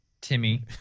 Timmy